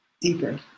deeper